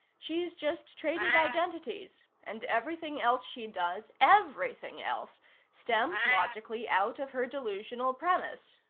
she's just traded identities and everything else she does everything else stems logically out of her delusional premise.